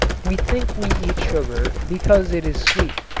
we think we eat sugar because it is sweet.